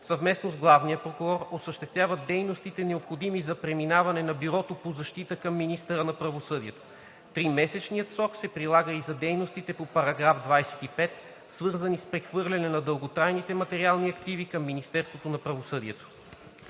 съвместно с главния прокурор осъществяват дейностите, необходими за преминаване на Бюрото по защита към министъра на правосъдието. Тримесечният срок се прилага и за дейностите по § 25, свързани с прехвърлянето на дълготрайните материални активи към Министерството на правосъдието.“